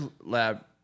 Lab